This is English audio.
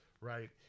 right